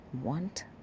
want